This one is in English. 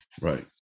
Right